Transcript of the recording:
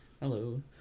Hello